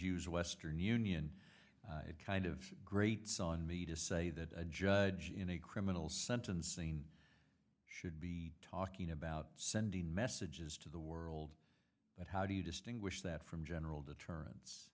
use western union it kind of grates on me to say that a judge in a criminal sentencing should be talking about sending messages to the world but how do you distinguish that from general deterren